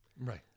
Right